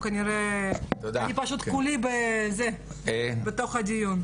אני פשוט כולי בתוך הדיון.